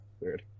weird